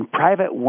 private